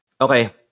Okay